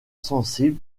sensibles